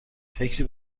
فکری